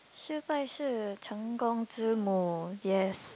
失败是成功之母 yes